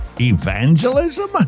Evangelism